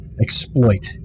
exploit